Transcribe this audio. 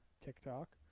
tiktok